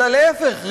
אלא להפך,